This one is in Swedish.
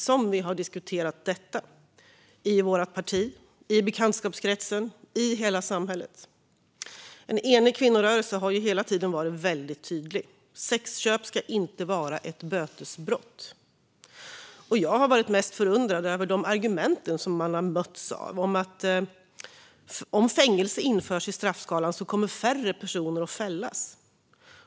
Som vi har diskuterat detta i vårt parti, i bekantskapskretsen, i hela samhället. En enig kvinnorörelse har hela tiden varit tydlig: sexköp ska inte vara ett bötesbrott. Jag har varit mest förundrad över de argument som man har mötts av, det vill säga att om fängelse införs i straffskalan kommer färre personer att fällas.